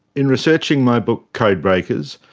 in researching my book, code breakers,